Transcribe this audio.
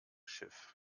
schiff